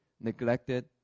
neglected